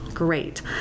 Great